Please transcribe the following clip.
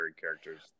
characters